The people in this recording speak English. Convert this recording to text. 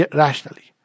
rationally